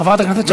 חברת הכנסת שפיר,